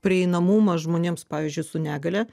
prieinamumą žmonėms pavyzdžiui su negalia